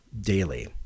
daily